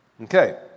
Okay